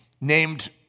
named